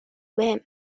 بهم